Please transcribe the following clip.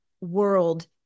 world